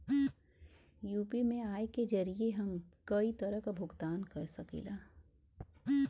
UPI के जरिये हम कई तरे क भुगतान कर सकीला